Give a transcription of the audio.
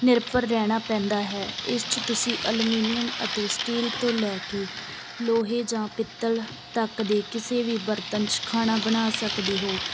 ਨਿਰਭਰ ਰਹਿਣਾ ਪੈਂਦਾ ਹੈ ਇਸ 'ਚ ਤੁਸੀਂ ਅਲਮੀਨੀਅਮ ਅਤੇ ਸਟੀਲ ਤੋਂ ਲੈ ਕੇ ਲੋਹੇ ਜਾਂ ਪਿੱਤਲ ਤੱਕ ਦੇ ਕਿਸੇ ਵੀ ਬਰਤਨ 'ਚ ਖਾਣਾ ਬਣਾ ਸਕਦੇ ਹੋ